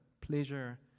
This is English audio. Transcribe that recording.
pleasure